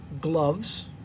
gloves